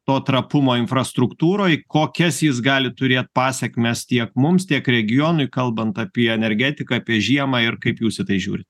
to trapumo infrastruktūroj kokias jis gali turėt pasekmes tiek mums tiek regionui kalbant apie energetiką apie žiemą ir kaip jūs į tai žiūrit